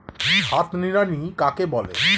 হাত নিড়ানি কাকে বলে?